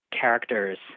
characters